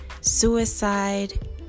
suicide